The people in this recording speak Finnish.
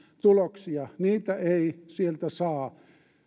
tuloksia niitä ei sieltä saa